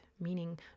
meaning